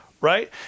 right